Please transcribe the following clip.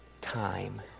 time